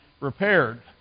repaired